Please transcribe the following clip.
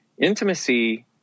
intimacy